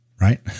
right